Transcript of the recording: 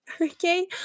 okay